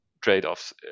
trade-offs